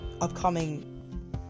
upcoming